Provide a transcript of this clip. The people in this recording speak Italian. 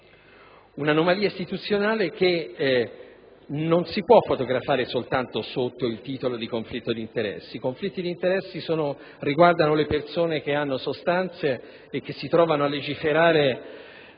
democratico del mondo, che non si può fotografare soltanto sotto il titolo di «conflitto di interessi». Infatti, i conflitti di interessi riguardano le persone che hanno sostanze e che si trovano a legiferare